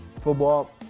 football